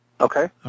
okay